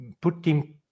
putting